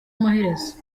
amaherezo